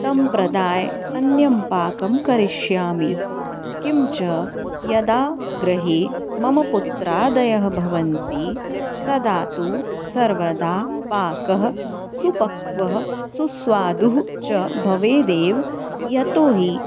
तं प्रदाय अन्यं पाकं करिष्यामि किञ्च यदा गृहे मम पुत्रादयः भवन्ति तदा तु सर्वदा पाकः सुपक्वः सुस्वादुः च भवेदेव यतोहि